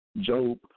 Job